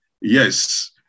Yes